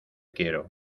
quiero